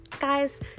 Guys